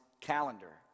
calendar